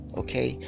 okay